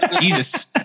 Jesus